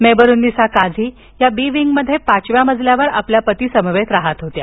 मेबरून्निसा काझी या बी विंगमध्ये पाचव्या मजल्यावर आपल्या पतीसमवेत राहात होत्या